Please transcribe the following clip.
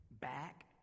back